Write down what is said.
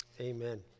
amen